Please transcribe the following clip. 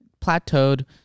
Plateaued